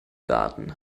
garten